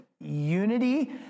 unity